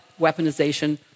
weaponization